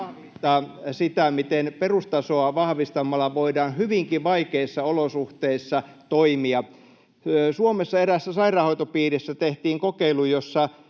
sitä, miten perustasoa vahvistamalla voidaan hyvinkin vaikeissa olosuhteissa toimia: Suomessa eräässä sairaanhoitopiirissä tehtiin kokeilu, jossa